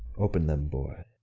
open them, boy